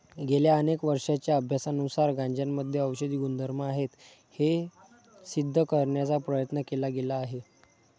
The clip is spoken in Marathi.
गेल्या अनेक वर्षांच्या अभ्यासानुसार गांजामध्ये औषधी गुणधर्म आहेत हे सिद्ध करण्याचा प्रयत्न केला गेला आहे